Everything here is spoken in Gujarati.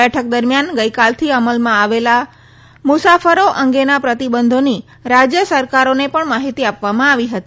બેઠક દરમિયાન ગઇકાલથી અમલમાં આવેલા મુસાફરી અંગેના પ્રતિબંધોની રાજય સરકારોને પણ માહિતી આપવામાં આવી હતી